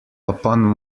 upon